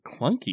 clunky